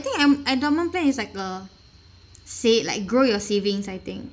think en~ endowment plan is like a sa~ like grow your savings I think